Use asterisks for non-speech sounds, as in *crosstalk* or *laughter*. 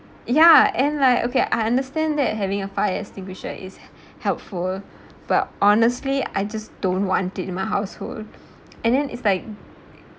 ya and like okay I understand that having a fire extinguisher is he~ helpful but honestly I just don't want it in my household *breath* and then it's like